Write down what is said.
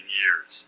years